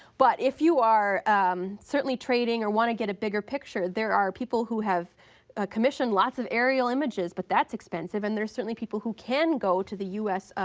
but if you are certainly trading or want to get a bigger picture there are people who have commissioned lots of aerial images, but that's expensive, and there's certainly people who can go to the u s.